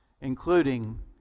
including